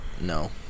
No